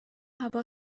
هوا